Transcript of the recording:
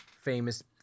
famous